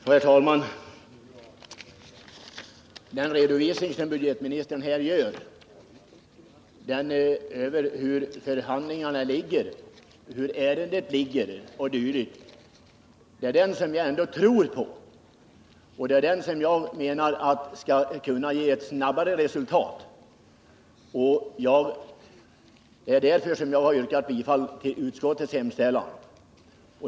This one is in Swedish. Herr talman! Budgetministern ger här en redovisning bl.a. av läget beträffande förhandlingarna i detta ärende. Det är ändå dessa jag tror på och som jag menar skall kunna ge ett snabbare resultat, och det är därför som jag yrkar bifall till utskottets hemställan.